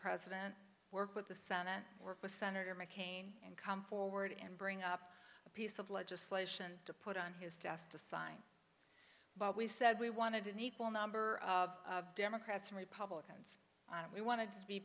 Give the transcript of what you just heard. president work with the senate work with senator mccain and come forward and bring up a piece of legislation to put on his desk to sign we said we wanted an equal number of democrats and republicans we wanted to